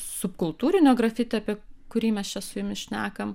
subkultūrinio grafiti apie kurį mes čia su jumis šnekam